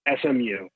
SMU